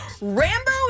Rambo